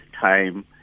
time